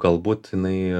galbūt jinai